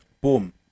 boom